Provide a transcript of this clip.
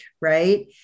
right